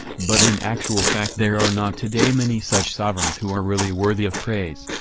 but in actual fact there are not today many such sovereigns who are really worthy of praise,